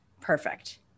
Perfect